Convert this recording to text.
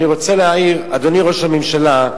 אני רוצה להעיר, אדוני ראש הממשלה.